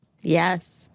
Yes